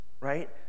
Right